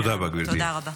תודה רבה.